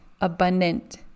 abundant